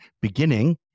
beginning